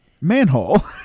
manhole